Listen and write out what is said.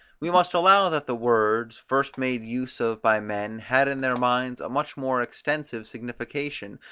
we must allow that the words, first made use of by men, had in their minds a much more extensive signification,